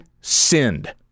sinned